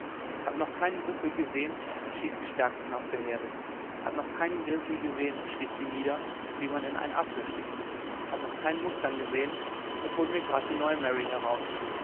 hat noch keine büffel gesehen und schießt die stärksten aus der herde hat noch keinen grizzly gesehen und sticht ihn nieder wie man in einen apfel sticht hat noch keinen mustang gesehen und holt mir grad die neue mary heraus